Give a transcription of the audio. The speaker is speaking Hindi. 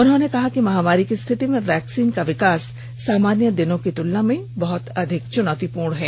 उन्होंने कहा कि महामारी की स्थिति में वैक्सीन का विकास सामान्य दिनों की तुलना में बहत अधिक चुनौतीपूर्ण है